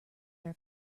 are